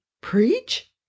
Preach